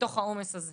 בתוך העומס הזה.